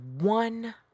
one